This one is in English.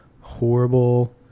horrible